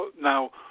now